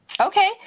Okay